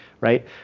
right